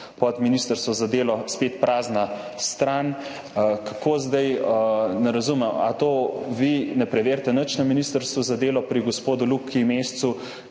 pod ministrstvo za delo, spet prazna stran. Kako zdaj? Ne razumem. Ali vi ne preverite nič na ministrstvu za delo pri gospodu Luki Mescu